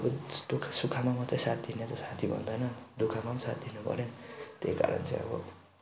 अब दु ख सुखमा मात्र साथ दिने त साथी भन्दैन दु खमा पनि साथ दिनु पर्यो त्यही कारण चाहिँ अब